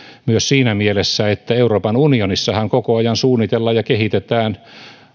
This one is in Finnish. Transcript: myös siinä mielessä että euroopan unionissahan koko ajan suunnitellaan ja kehitetään